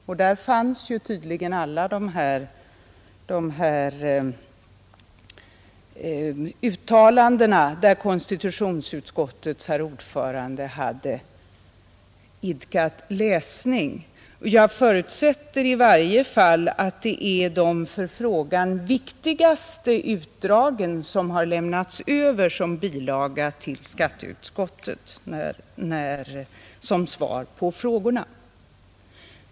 Och där finns tydligen alla de uttalanden som konstitutionsutskottets ordförande hade läst. I varje fall förutsätter jag att det är de för frågan viktigaste utdragen som har lämnats över som bilaga till skatteutskottet som svar på frågorna.